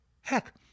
Heck